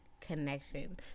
connection